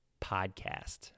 podcast